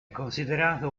considerato